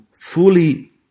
fully